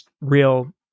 real